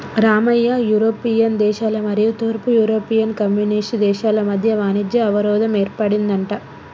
Ramayya European దేశాల మరియు తూర్పు యూరోపియన్ కమ్యూనిస్ట్ దేశాల మధ్య వాణిజ్య అవరోధం ఏర్పడిందంట